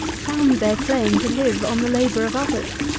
found their claim to live on the labour of others.